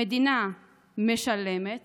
המדינה משלמת